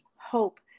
Hope